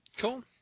Cool